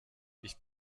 ich